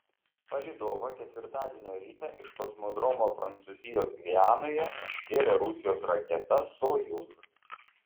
palydovą ketvirtadienio rytą iš kosmodromo prancūzijos gvianoje iškėlė rusijos raketa sojuz